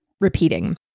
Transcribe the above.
repeating